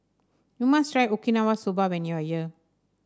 you must try Okinawa Soba when you are here